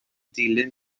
dilyn